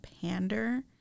pander